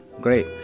great